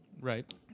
right